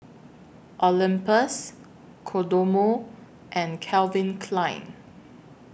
Olympus Kodomo and Calvin Klein